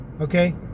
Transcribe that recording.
Okay